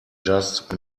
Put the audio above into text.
just